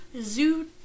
Zoo